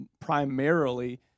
primarily